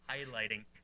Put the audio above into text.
highlighting